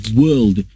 world